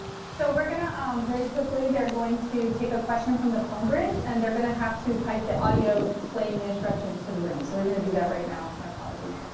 so we're going to um very quickly they're going to take a question from the phone bridge. and they're going to have to pipe the audio explaining the instructions to the room. so we're going to do that right now. my apologies.